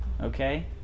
Okay